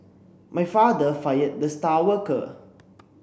my father fired the star worker